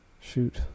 shoot